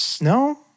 No